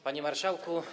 Panie Marszałku!